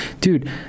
dude